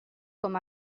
com